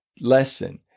lesson